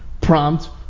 prompt